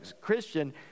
Christian